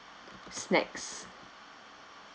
snacks